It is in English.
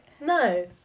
No